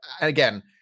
again